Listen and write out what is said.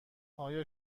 آیا